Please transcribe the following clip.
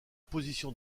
position